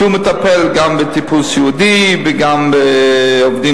שהוא מטפל גם בטיפול סיעודי וגם בעובדים